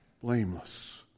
blameless